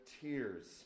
tears